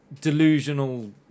delusional